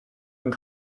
and